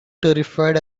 terrified